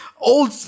old